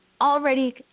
already